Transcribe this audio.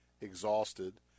exhausted